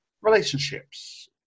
relationships